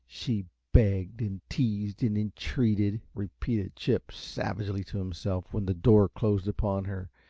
she begged, and teased, and entreated, repeated chip, savagely to himself when the door closed upon her,